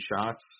shots